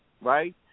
right